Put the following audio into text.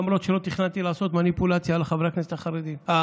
למרות שלא תכננתי לעשות מניפולציה על חברי הכנסת הערבים.